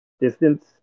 distance